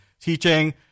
teaching